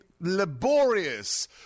laborious